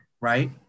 right